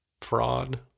fraud